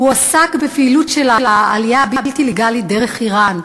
עסק בפעילות של העלייה הבלתי-לגלית דרך איראן.